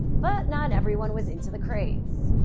but not everyone was into the craze.